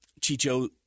Chicho